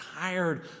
tired